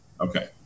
Okay